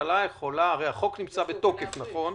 הרי החוק נמצא בתוקף, נכון?